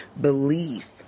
belief